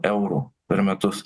eurų per metus